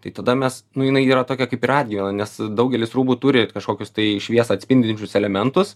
tai tada mes nu jinai yra tokia kaip ir atgyvena nes daugelis rūbų turi kažkokius tai šviesą atspindinčius elementus